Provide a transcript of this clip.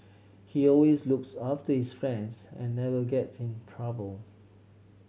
he always looks after his friends and never gets in trouble